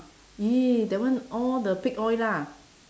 !ee! that one all the pig oil lah